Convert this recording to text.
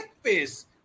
face